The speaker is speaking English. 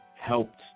helped